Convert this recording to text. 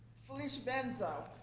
felicia benzo.